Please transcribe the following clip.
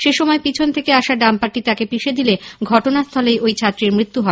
সেই সময় পিছন থেকে আসা ডাম্পারটি তাকে পিষে দিলে ঘটনাস্থলেই তার মৃত্যু হয়